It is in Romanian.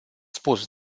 spus